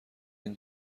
این